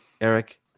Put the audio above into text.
Eric